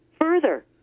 Further